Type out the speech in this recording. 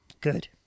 Good